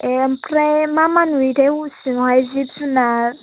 ए ओमफ्राय मा मा नुयोथाइ ह' सिङावहाय जिब जुनार